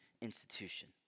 institution